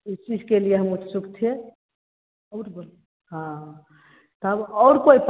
इस चीज़ के लिए हम उत्सुक थे और बोल हाँ तब और कोई